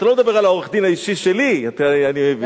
אתה לא מדבר על העורך-הדין האישי שלי, אני מבין.